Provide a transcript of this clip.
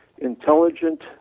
intelligent